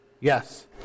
Yes